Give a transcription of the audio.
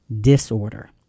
disorder